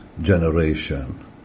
generation